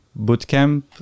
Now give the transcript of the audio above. bootcamp